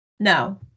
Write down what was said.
No